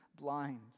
blind